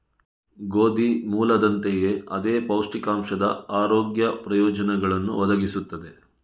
ಗೋಧಿ ಮೂಲದಂತೆಯೇ ಅದೇ ಪೌಷ್ಟಿಕಾಂಶದ ಆರೋಗ್ಯ ಪ್ರಯೋಜನಗಳನ್ನು ಒದಗಿಸುತ್ತದೆ